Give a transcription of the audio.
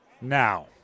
Now